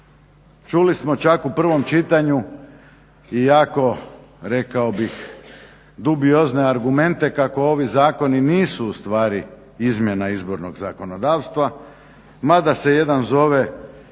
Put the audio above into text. Čuli smo čak u prvom čitanju iako rekao bih dubiozne argumente kako ovi zakoni nisu u stvari izmjena izbornog zakonodavstva mada se jedan se zove